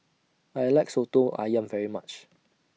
I like Soto Ayam very much